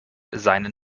seinen